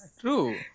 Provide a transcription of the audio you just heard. True